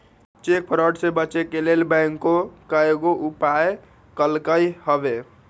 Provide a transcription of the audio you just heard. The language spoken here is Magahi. चेक फ्रॉड से बचे के लेल बैंकों कयगो उपाय कलकइ हबे